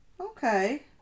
okay